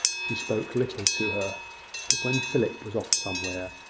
she spoke little to her but when philip was off somewhere,